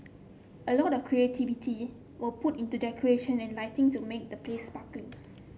a lot of creativity will put into decoration and lighting to make the place sparkling